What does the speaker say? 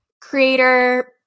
creator